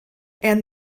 and